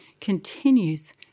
continues